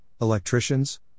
electricians